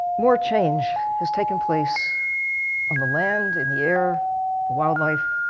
more change has taken place on the land, in the air, the wildlife,